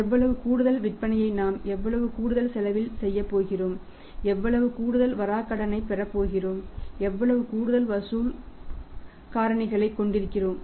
எவ்வளவு கூடுதல் விற்பனையை நாம் எவ்வளவு கூடுதல் செலவில் செய்யப் போகிறோம் எவ்வளவு கூடுதல் வராக் கடனை பெறப்போகிறோம் எவ்வளவு கூடுதல் வசூல் காரணங்களைக் கொண்டிருக்கிறோம்